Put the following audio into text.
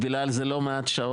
הוא בילה על זה לא מעט שעות.